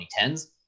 2010s